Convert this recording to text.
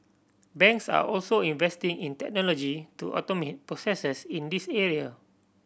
banks are also investing in technology to automate processes in this area